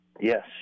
Yes